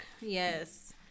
Yes